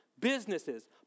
businesses